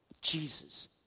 Jesus